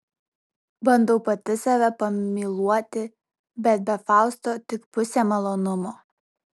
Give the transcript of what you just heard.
bandau pati save pamyluoti bet be fausto tik pusė malonumo